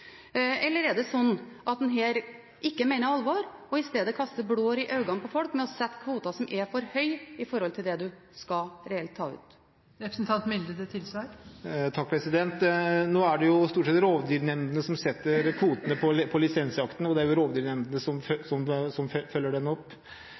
Eller er det slik at en her ikke mener alvor og i stedet kaster blår i øynene på folk ved å sette kvoter som er for høye i forhold til det en reelt skal ta ut? Nå er det stort sett rovdyrnemndene som setter kvoter på lisensjakten, og det er rovdyrnemndene som